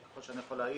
ככל שאני יכול להעיד,